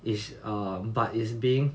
it's err but it's being